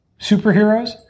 superheroes